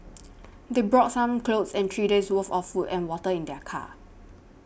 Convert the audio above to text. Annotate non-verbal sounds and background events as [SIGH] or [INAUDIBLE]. [NOISE] they brought some clothes and three days'worth of food and water in their car